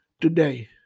today